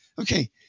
okay